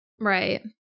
Right